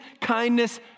kindness